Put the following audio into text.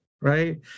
right